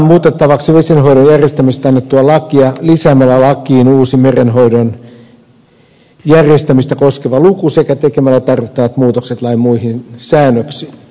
nyt ehdotetaan muutettavaksi vesienhoidon järjestämisestä annettua lakia lisäämällä lakiin uusi merenhoidon järjestämistä koskeva luku sekä tekemällä tarvittavat muutokset lain muihin säännöksiin